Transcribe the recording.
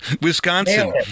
wisconsin